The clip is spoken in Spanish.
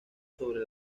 sobre